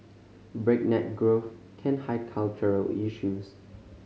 breakneck growth can hide cultural issues